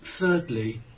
thirdly